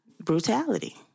brutality